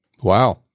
Wow